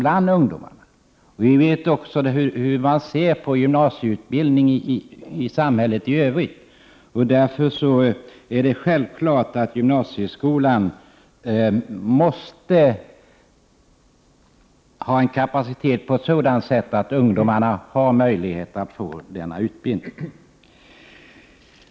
Vi vet också hur man i samhället i övrigt ser på gymnasieutbildningen, och därför är det självklart att gymnasieskolan skall ha en sådan kapacitet att ungdomarna har möjlighet att få denna utbildning.